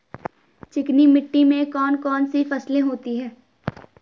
चिकनी मिट्टी में कौन कौन सी फसलें होती हैं?